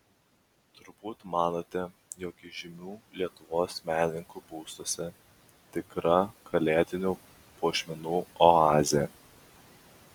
turbūt manote jog įžymių lietuvos menininkų būstuose tikra kalėdinių puošmenų oazė